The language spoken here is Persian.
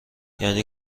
یعنی